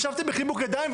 ישבתם בחיבוק ידיים,